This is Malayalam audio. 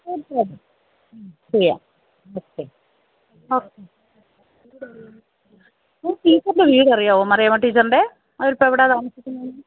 തീര്ച്ചയായിട്ടും ചെയ്യാം ഓക്കെ ഓക്കെ ടീച്ചറിന്റെ വീടറിയാമോ മറിയാമ്മ ടീച്ചറിൻ്റെ അവരിപ്പോഴെവിടെയാണു താമസിക്കുന്നതെന്ന്